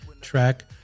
track